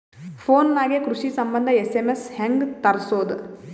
Phone ನಾಗೆ ಕೃಷಿ ಸಂಬಂಧ ಎಸ್.ಎಮ್.ಎಸ್ ಹೆಂಗ ತರಸೊದ?